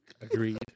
Agreed